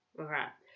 Alright